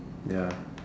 ya